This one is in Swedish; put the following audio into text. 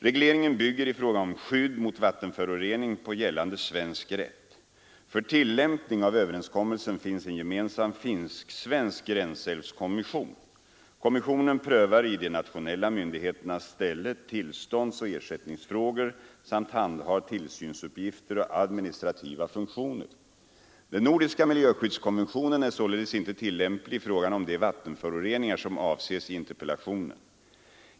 Regleringen bygger i fråga om skydd mot vattenförorening på gällande svensk rätt. För tillämpning av överenskommelsen finns en gemensam finsk-svensk gränsälvskommission. Kommissionen prövar i de nationella myndigheternas ställe tillståndsoch ersättningsfrågor samt handhar tillsynsuppgifter och administrativa funktioner. Den nordiska miljöskyddskonventionen är således inte tillämplig i fråga om de vattenföroreningar som avses i interpellationen.